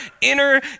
inner